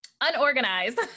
unorganized